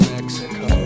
Mexico